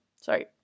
Sorry